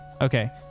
Okay